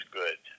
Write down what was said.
good